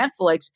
Netflix